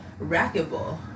racquetball